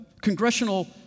congressional